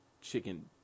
chicken